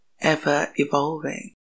ever-evolving